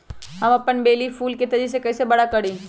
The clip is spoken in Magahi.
हम अपन बेली फुल के तेज़ी से बरा कईसे करी?